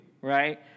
right